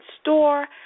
store